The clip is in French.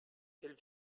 quelle